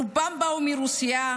רובם הגיעו מרוסיה,